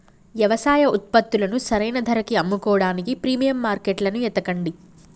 యవసాయ ఉత్పత్తులను సరైన ధరకి అమ్ముకోడానికి ప్రీమియం మార్కెట్లను ఎతకండి